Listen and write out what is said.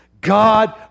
God